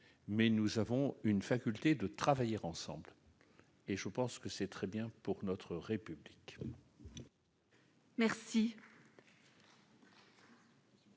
mais nous avons une faculté de travailler ensemble. Je pense que c'est très bien pour notre République. Merci,